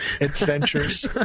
adventures